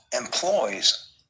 employs